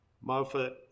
Moffat